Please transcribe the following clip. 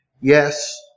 Yes